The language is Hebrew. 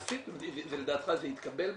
לדעתך זה יתקבל בכנסת,